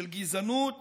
של גזענות